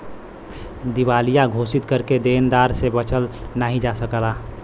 दिवालिया घोषित करके देनदार से बचल नाहीं जा सकला